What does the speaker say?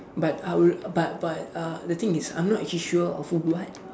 but I would but but uh the thing is I'm not actually sure of what